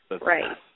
Right